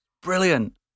Brilliant